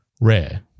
rare